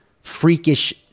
freakish